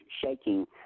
shaking